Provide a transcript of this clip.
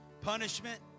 punishment